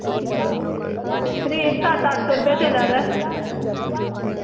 rate सत्त अट्ठ सौ चला दा